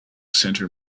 center